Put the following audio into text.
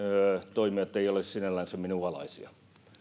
toimijat eivät ole sinällänsä minun alaisiani